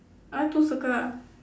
ah two circle ah